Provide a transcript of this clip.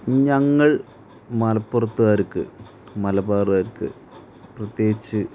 ഞങ്ങൾ മലപ്പുറത്തുകാർക്ക് മലബാറുകാർക്ക് പ്രത്യേകിച്ച്